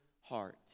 heart